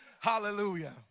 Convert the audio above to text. Hallelujah